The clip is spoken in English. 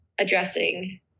addressing